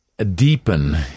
deepen